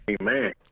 Amen